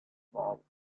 vault